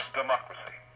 democracy